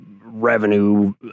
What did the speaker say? revenue